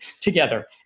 together